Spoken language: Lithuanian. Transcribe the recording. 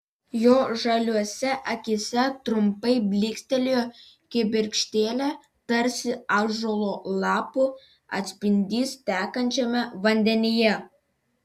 jo žaliose akyse trumpai blykstelėjo kibirkštėlė tarsi ąžuolo lapų atspindys tekančiame vandenyje